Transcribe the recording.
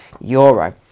euro